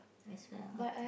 as well okay